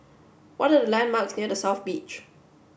what are the landmarks near The South Beach